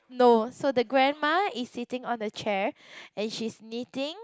no so the grandma is sitting on the chair and she's knitting